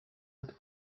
but